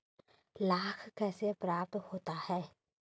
लाख कैसे प्राप्त होता है?